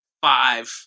five